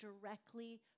directly